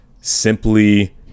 simply